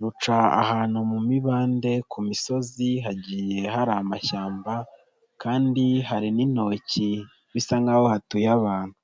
ruca ahantu mu mibande ku misozi hagiye hari amashyamba kandi hari n'intoki bisa nk'aho hatuye abantu.